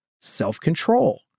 self-control